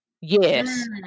Yes